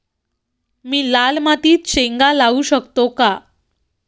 मी लाल मातीत शेंगा लावू शकतो का?